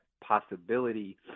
possibility